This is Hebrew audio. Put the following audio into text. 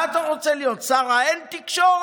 מה אתה רוצה להיות, שר ה"אין תקשורת"?